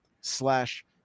slash